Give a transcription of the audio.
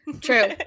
true